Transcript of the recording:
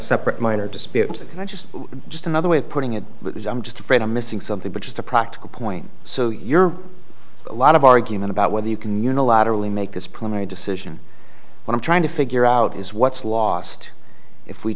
separate minor dispute and i just just another way of putting it but i'm just afraid i'm missing something but just a practical point so you're a lot of argument about whether you can unilaterally make this primary decision what i'm trying to figure out is what's lost if we